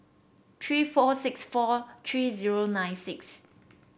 three four six four three zero nine six